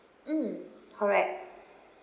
mm correct